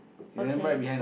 okay